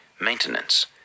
maintenance